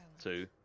two